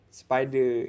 spider